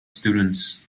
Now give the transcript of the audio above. students